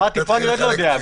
אמרתי שפה אני עוד לא יודע.